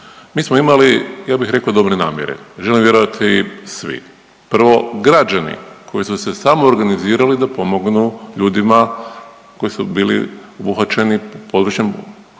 mi smo imali, ja bih rekao dobre namjere. Želim vjerovati, svi. Prvo, građani koji su se samoorganizirali da pomognu ljudima koji su bili uhvaćeni područjem